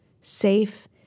safe